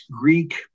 Greek